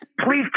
Please